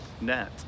net